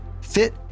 fit